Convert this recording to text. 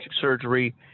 surgery